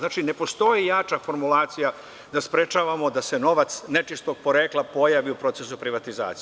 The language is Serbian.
Ne postoji jača formulacija da sprečavamo da se novac nečistog porekla pojavi u procesu privatizacije.